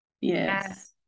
Yes